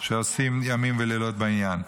שעושים ימים ולילות בעניין.